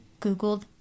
googled